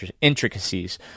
intricacies